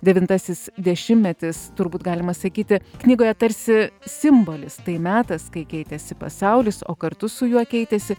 devintasis dešimtmetis turbūt galima sakyti knygoje tarsi simbolis tai metas kai keitėsi pasaulis o kartu su juo keitėsi